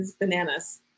bananas